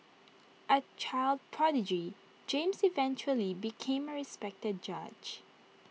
A child prodigy James eventually became A respected judge